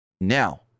Now